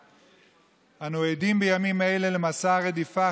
נוסיף אותה לרשימת הדוברים, אין בעיה.